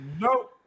Nope